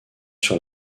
sur